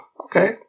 Okay